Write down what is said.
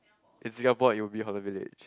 in Singapore it will be Holland-Village